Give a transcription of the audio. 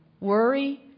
worry